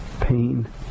pain